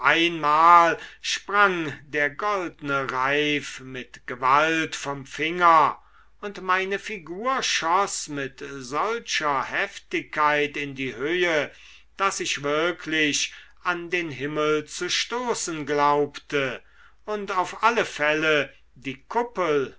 einmal sprang der goldne reif mit gewalt vom finger und meine figur schoß mit solcher heftigkeit in die höhe daß ich wirklich an den himmel zu stoßen glaubte und auf alle fälle die kuppel